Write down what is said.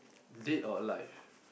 dead or alive